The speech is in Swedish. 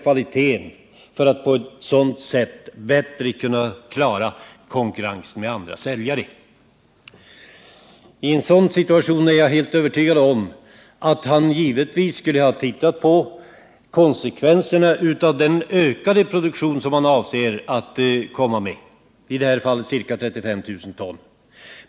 Jag är helt övertygad om att i en sådan situation skulle han ha tittat på konsekvenserna av den ökade produktion som han avser att komma med — i det här fallet ca 35 000 ton.